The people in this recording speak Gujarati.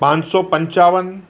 પાંચસો પંચાવન